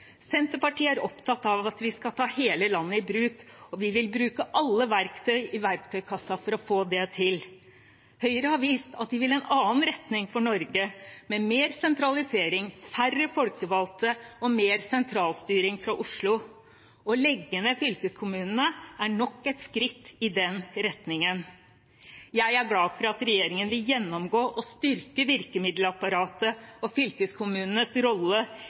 Senterpartiet er opptatt av at vi skal ta hele landet i bruk, og vi vil bruke alle verktøy i verktøykassa for å få det til. Høyre har vist at de vil en annen retning for Norge, med mer sentralisering, færre folkevalgte og mer sentralstyring fra Oslo. Å legge ned fylkeskommunene er nok et skritt i den retningen. Jeg er glad for at regjeringen vil gjennomgå og styrke virkemiddelapparatet og fylkeskommunenes rolle